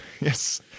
Yes